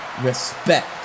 Respect